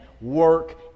work